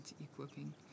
equipping